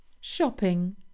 shopping